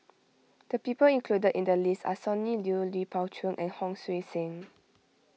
the people included in the list are Sonny Liew Lui Pao Chuen and Hon Sui Sen